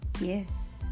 Yes